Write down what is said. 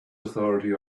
authority